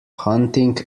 hunting